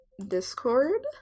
Discord